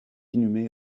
inhumée